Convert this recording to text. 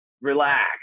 relax